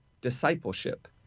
discipleship